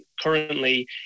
currently